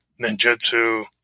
Ninjutsu